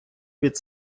від